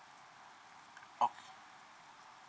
okay